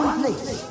place